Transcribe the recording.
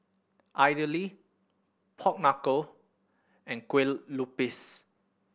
idly pork knuckle and Kueh Lupis